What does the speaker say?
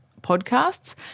podcasts